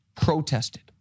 protested